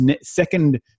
second